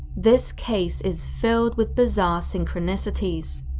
this case is filled with bizarre synchronicities.